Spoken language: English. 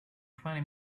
twenty